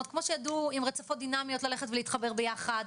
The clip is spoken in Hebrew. כמו שידעו עם --- דינמיות ללכת ולהתחבר ביחד,